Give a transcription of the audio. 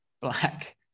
black